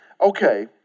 okay